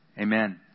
Amen